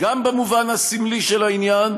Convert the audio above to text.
גם במובן הסמלי של העניין,